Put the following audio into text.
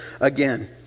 again